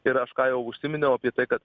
ir aš ką jau užsiminiau apie tai kad